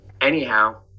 Anyhow